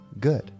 good